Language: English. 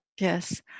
Yes